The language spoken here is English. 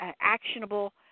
actionable